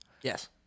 Yes